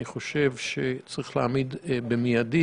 אני חושב שצריך להעמיד במידי,